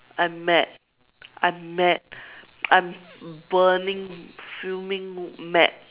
I'm mad I'm mad I'm burning fuming mad